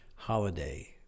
holiday